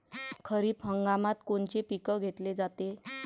खरिप हंगामात कोनचे पिकं घेतले जाते?